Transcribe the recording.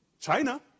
China